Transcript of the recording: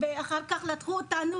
אחר כך לקחו אותנו